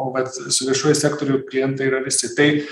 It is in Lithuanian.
o vat su viešuoju sektoriu klientai yra visi tai